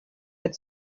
had